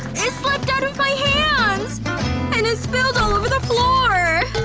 it slipped out of my hands! and it spilled all over the floor!